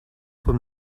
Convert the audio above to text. him